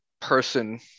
person